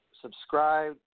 Subscribe